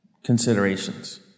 considerations